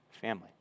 family